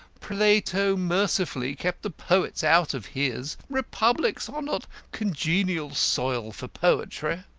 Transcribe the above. plato mercifully kept the poets out of his. republics are not congenial soil for poetry.